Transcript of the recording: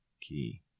key